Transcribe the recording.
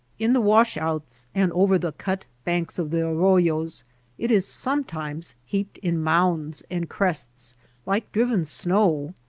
in the wash-outs and over the cut banks of the arroyos it is sometimes heaped in mounds and crests like driven snow.